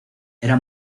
era